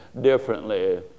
differently